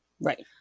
Right